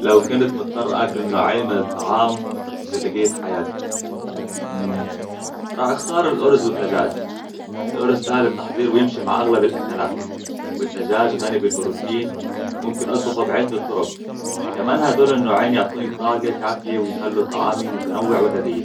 لو كنت مضطر أكل نوعين من الطعام لبقيه حياتي راح أختار الأرز والدجاج الأرز سهل التحضير ويمشي مع أغلب الأكلات والدجاج غني بالبروتين ممكن أطبخه بعدة طرق كمان هذول النوعين يعطوني طاقة كافية ويخلو طعامي متنوع ولذيذ